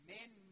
Men